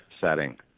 setting